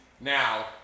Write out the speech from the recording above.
Now